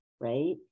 right